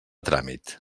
tràmit